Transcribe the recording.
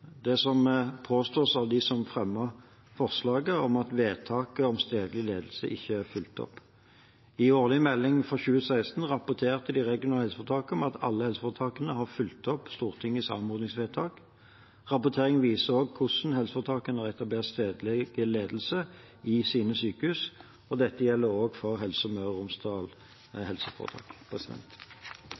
det som påstås av dem som fremmet forslaget, at vedtaket om stedlig ledelse ikke er fulgt opp. I årlig melding for 2016 rapporterte de regionale helseforetakene om at alle helseforetakene har fulgt opp Stortingets anmodningsvedtak. Rapporteringen viser også hvordan helseforetakene har etablert stedlig ledelse i sine sykehus. Dette gjelder også for Helse Møre og Romsdal helseforetak.